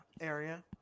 area